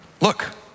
look